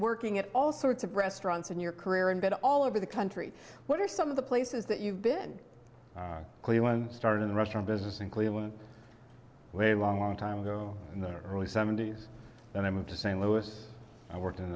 working at all sorts of restaurants in your career in bed all over the country what are some of the places that you've been clear when you started in the restaurant business in cleveland where a long time ago in the early seventy's when i moved to st louis i worked in